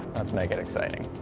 let's make it exciting.